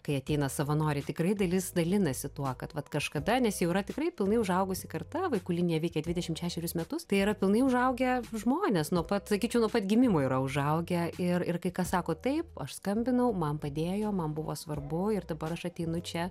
kai ateina savanoriai tikrai dalis dalinasi tuo kad vat kažkada nes jau yra tikrai pilnai užaugusi karta vaikų linija veikia dvidešimt šešerius metus tai yra pilnai užaugę žmonės nuo pat sakyčiau nuo pat gimimo yra užaugę ir ir kai kas sako taip aš skambinau man padėjo man buvo svarbu ir dabar aš ateinu čia